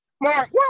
Mark